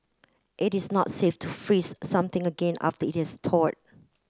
it is not safe to freeze something again after it has thawed